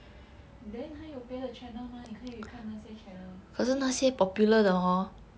then 还有别的 channel mah 你可以看那些 channel eh